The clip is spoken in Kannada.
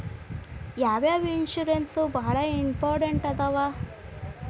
ಯಾವ್ಯಾವ ಇನ್ಶೂರೆನ್ಸ್ ಬಾಳ ಇಂಪಾರ್ಟೆಂಟ್ ಅದಾವ?